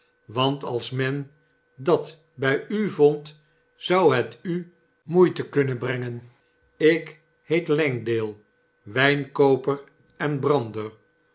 want als men dat bij u vond zoti het u moeite kunnen brengen ik heet langdale wijnkooper en brander